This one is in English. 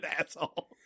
asshole